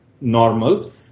normal